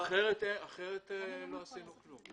אחרת לא עשינו כלום.